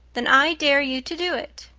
then i dare you to do it,